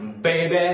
baby